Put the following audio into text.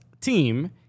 team